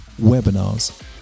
webinars